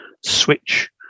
switch